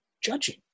judging